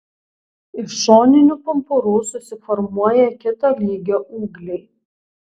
iš šoninių pumpurų susiformuoja kito lygio ūgliai